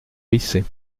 riceys